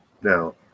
Now